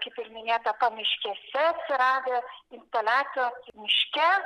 kaip ir minėta pamiškėse atsiradę instaliacijos miške